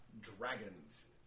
dragons